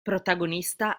protagonista